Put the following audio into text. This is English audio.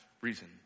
reason